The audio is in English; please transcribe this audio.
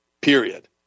period